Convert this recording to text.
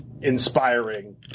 inspiring